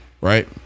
Right